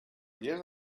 gest